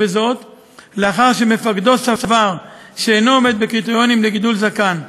לאחר שמפקדו סבר שאינו עומד בקריטריונים לגידול זקן.